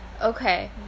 okay